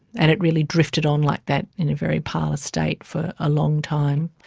and it really drifted on like that in a very parlous state for a long time.